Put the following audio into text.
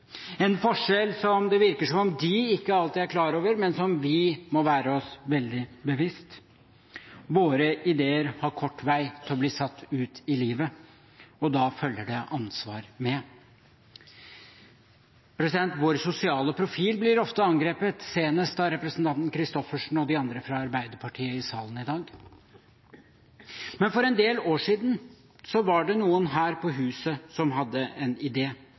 en forskjell – en forskjell som det virker som om de ikke alltid er klar over, men som vi må være oss veldig bevisst. Våre ideer har kort vei til å bli satt ut i livet, og da følger det ansvar med. Vår sosiale profil blir ofte angrepet, senest av representanten Christoffersen og de andre fra Arbeiderpartiet i salen i dag. Men for en del år siden var det noen her på huset som hadde en